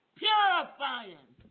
purifying